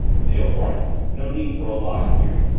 dale brightened no need for a lie here.